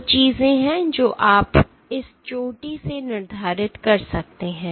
दो चीजें हैं जो आप इस चोटी से निर्धारित कर सकते हैं